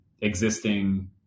existing